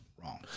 Wrong